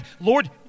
Lord